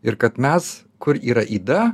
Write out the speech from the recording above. ir kad mes kur yra yda